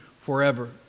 forever